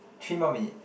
three more minutes